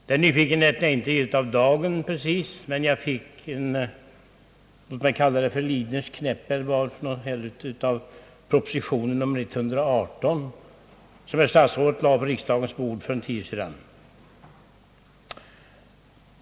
Den nyfikenheten är inte precis ny för dagen, men jag fick vad jag vill kalla en Lidnersk knäpp med anledning av proposition nr 118, som herr statsrådet lade på riksdagens bord för en tid sedan.